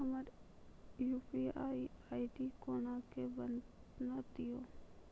हमर UPI ID कोना के बनत यो?